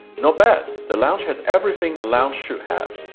you know bad. the lounge has everything a lounge should have.